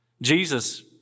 Jesus